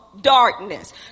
darkness